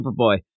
Superboy